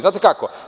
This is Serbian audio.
Znate kako?